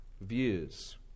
views